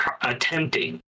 attempting